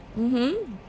mmhmm